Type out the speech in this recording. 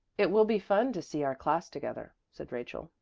it will be fun to see our class together, said rachel.